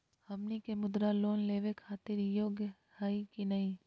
हमनी के मुद्रा लोन लेवे खातीर योग्य हई की नही?